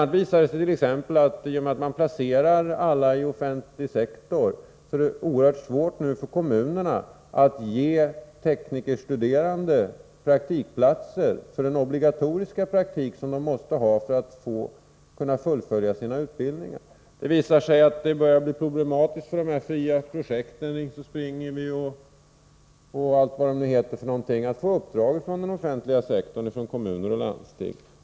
a. visade det sig att genom att man placerade alla i offentlig sektor är det nu oerhört svårt för kommunerna att ge teknikstuderande praktikplatser för den obligatoriska praktik som de skall ha för att kunna fullfölja sina utbildningar. Det visar sig att det börjar bli problematiskt för de här fria projekten — ”Ring så springer vi”, osv. — att få uppdrag från den offentliga sektorn, dvs. från kommuner och landsting.